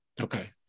Okay